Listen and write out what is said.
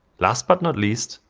last but not least,